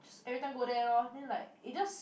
everytime go there lor then like it's just